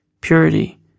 purity